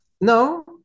No